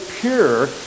pure